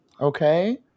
okay